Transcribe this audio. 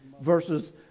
versus